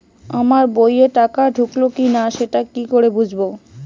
আমার বইয়ে টাকা ঢুকলো কি না সেটা কি করে বুঝবো?